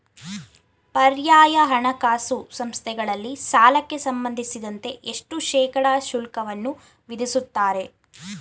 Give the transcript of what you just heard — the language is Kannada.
ಪರ್ಯಾಯ ಹಣಕಾಸು ಸಂಸ್ಥೆಗಳಲ್ಲಿ ಸಾಲಕ್ಕೆ ಸಂಬಂಧಿಸಿದಂತೆ ಎಷ್ಟು ಶೇಕಡಾ ಶುಲ್ಕವನ್ನು ವಿಧಿಸುತ್ತಾರೆ?